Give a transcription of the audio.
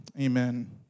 Amen